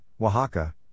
Oaxaca